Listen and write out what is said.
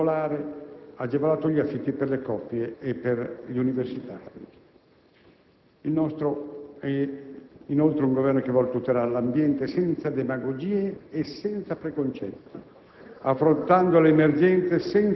L'elenco delle politiche a favore delle famiglie e dei giovani (il nostro vero futuro sono le famiglie e i giovani) sarebbe lungo. Voglio soffermarmi solo su un bene primario come la casa: abbiamo tagliato l'ICI,